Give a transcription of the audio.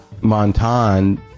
Montan